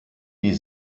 die